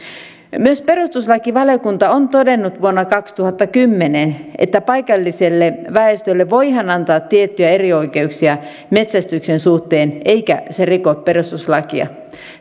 myös perustuslakivaliokunta on todennut vuonna kaksituhattakymmenen että paikalliselle väestölle voidaan antaa tiettyjä erioikeuksia metsästyksen suhteen eikä se riko perustuslakia